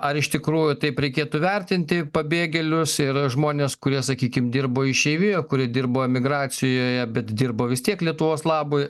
ar iš tikrųjų taip reikėtų vertinti pabėgėlius ir žmones kurie sakykim dirbo išeivijoj kurie dirbo emigracijoje bet dirbo vis tiek lietuvos labui